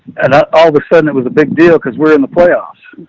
and i, all of a sudden it was a big deal cause were in the playoffs.